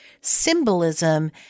symbolism